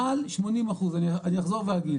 מעל 80 אחוז, אני אחזור ואגיד.